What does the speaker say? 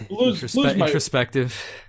introspective